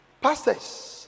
Pastors